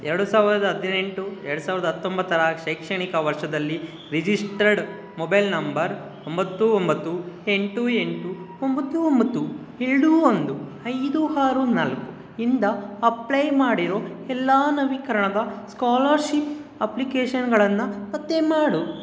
ಎರಡು ಸಾವಿರದ ಹದಿನೆಂಟು ಎರಡು ಸಾವಿರದ ಹತ್ತೊಂಬತ್ತರ ಶೈಕ್ಷಣಿಕ ವರ್ಷದಲ್ಲಿ ರಿಜಿಸ್ಟರ್ಡ್ ಮೊಬೈಲ್ ನಂಬರ್ ಒಂಬತ್ತು ಒಂಬತ್ತು ಎಂಟು ಎಂಟು ಒಂಬತ್ತು ಒಂಬತ್ತು ಎರಡು ಒಂದು ಐದು ಆರು ನಾಲ್ಕು ಇಂದ ಅಪ್ಲೈ ಮಾಡಿರೋ ಎಲ್ಲ ನವೀಕರಣದ ಸ್ಕಾಲರ್ಶಿಪ್ ಅಪ್ಲಿಕೇಷನ್ಗಳನ್ನು ಪತ್ತೆಮಾಡು